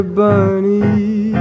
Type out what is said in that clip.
bunny